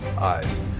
eyes